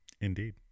Indeed